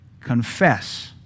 confess